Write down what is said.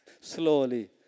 slowly